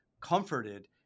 comforted